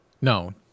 No